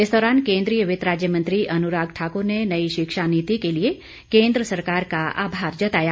इस दौरान केंद्रीय वित्त राज्य मंत्री अनुराग ठाकुर ने नई शिक्षा नीति के लिए केंद्र सरकार का आभार जताया